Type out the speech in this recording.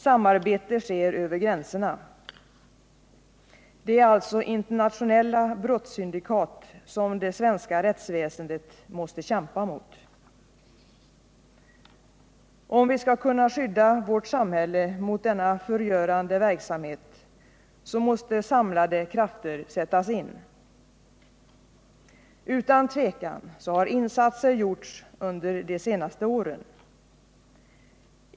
Samarbete sker över gränserna. Det är alltså internationella brottssyndikat som det svenska rättsväsendet måste kämpa mot. Om vi skall kunna skydda vårt samhälle mot denna förgörande verksamhet måste samlade krafter sättas in. Utan tvivel har insatser gjorts under de senaste åren.